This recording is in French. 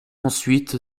ensuite